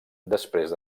després